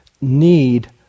need